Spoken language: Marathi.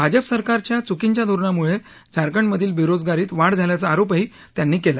भाजप सरकारच्या चुकींच्या धोरणामुळे झारखंड मधील बेरोजगारीत वाढ झाल्याचा आरोपही त्यांनी केला